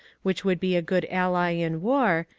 which would be a good ally in war,